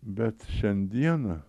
bet šiandieną